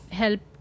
help